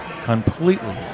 completely